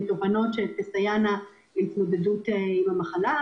תובנות שתסייענה להתמודדות עם המחלה.